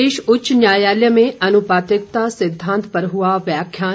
प्रदेश उच्च न्यायालय में अनुपातिकता सिद्धांत पर हुआ व्याख्यान